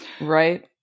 Right